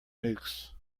nukes